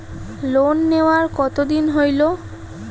Loan নেওয়ার কতদিন হইল?